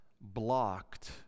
blocked